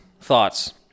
thoughts